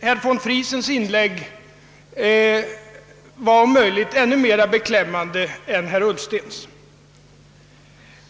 Herr von Friesens inlägg var om möjligt ännu mer beklämmande än herr Ullstens.